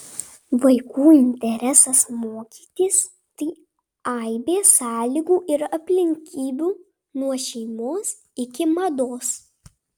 vaikų interesas mokytis tai aibė sąlygų ir aplinkybių nuo šeimos iki mados